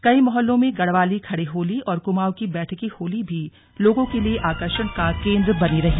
कई मोहल्लों में गढ़वाली खड़ी होली और कुमाऊं की बैठकी होली भी लोगों के लिए आकर्षण का केंद्र बनी रही